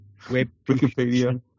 Wikipedia